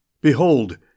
Behold